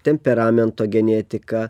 temperamento genetika